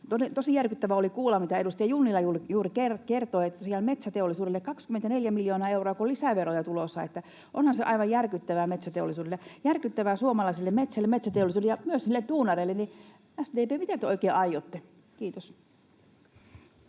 Tosi järkyttävää oli kuulla, mitä edustaja Junnila juuri kertoi, että tosiaan metsäteollisuudelle 24 miljoonaa euroa on lisäveroja tulossa. Onhan se aivan järkyttävää metsäteollisuudelle, järkyttävää suomalaisille metsille, metsäteollisuudelle ja myös niille duunareille. SDP, mitä te oikein aiotte? — Kiitos.